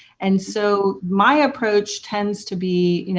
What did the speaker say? and so my approach tends to be, you